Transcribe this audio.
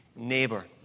neighbor